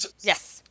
Yes